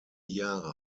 jahre